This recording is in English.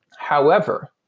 however,